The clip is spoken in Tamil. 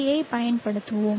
யைப் பயன்படுத்துவோம்